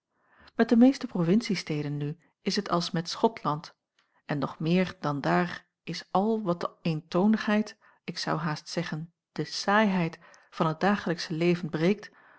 met de meeste provinciesteden nu is het als met schotland en nog meer dan daar is al wat de eentoonigheid ik zou haast zeggen de saaiheid van het dagelijksche leven breekt